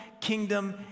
kingdom